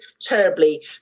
terribly